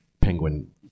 penguin